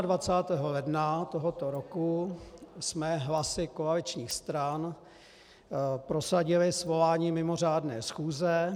28. ledna tohoto roku jsme hlasy koaličních stran prosadili svolání mimořádné schůze.